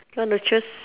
want to choose